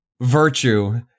Virtue